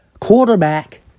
quarterback